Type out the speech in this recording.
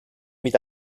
mit